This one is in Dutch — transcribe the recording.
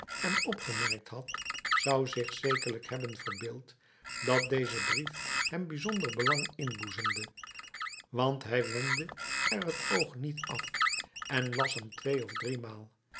en opgemerkt had zou zich zekerlijk hebben verbeeld dat deze brief hem bijzonder belang inboezemde want hij wendde er het oog niet af en las hem twee of driemaal